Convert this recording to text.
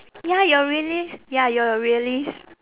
ya you're realist~ ya you are a realist